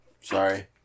Sorry